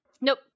Nope